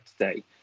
today